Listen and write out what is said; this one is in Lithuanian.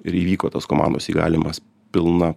ir įvyko tos komandos įgalinimas pilna